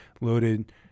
loaded